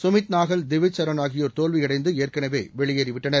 சுமித் நாகல் திவிஜ் சரண் ஆகியோர் தோல்வியடைந்த எற்கனவே வெளியேறி விட்டனர்